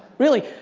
really.